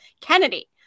Kennedy